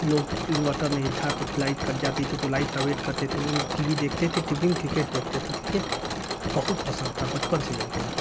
लोग इन्वर्टर नहीं था तो लाइट कट जाती थी तो लाइट का वेट करते थे लेकिन टी वी देखते थे टी वी में क्रिकेट देखते थे क्रिकेट बहुत पसंद था बचपन से ही हमको